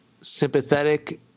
sympathetic